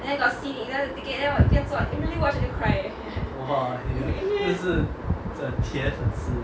!wah! 真的是铁粉丝